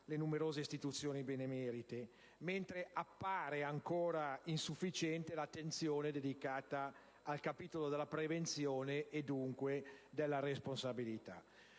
le numerose istituzioni benemerite), mentre appare ancora insufficiente l'attenzione dedicata al capitolo della prevenzione e, dunque, della responsabilità.